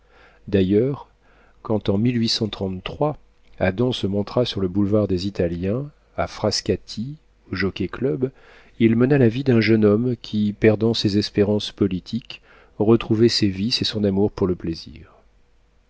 d'ailleurs quand en adam se montra sur le boulevard des italiens à frascati au jockey-club il mena la vie d'un jeune homme qui perdant ses espérances politiques retrouvait ses vices et son amour pour le plaisir